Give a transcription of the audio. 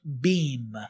Beam